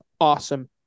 awesome